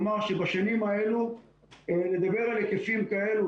נאמר שבשנים האלו לדבר על היקפים האלו